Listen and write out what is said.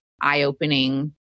eye-opening